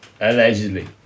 Allegedly